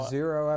Zero